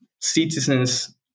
citizens